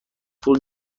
پول